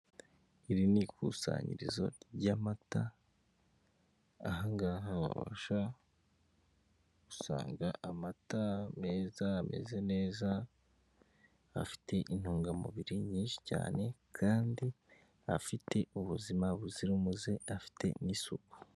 Iri ni ikusanyirizo ry'amata aha ngaha wabasha gusanga amata meza ameze neza afite intungamubiri nyishi cyane kandi afite ubuzima buzira umuze afite n'isuku.